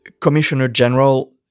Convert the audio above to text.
Commissioner-General